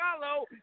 follow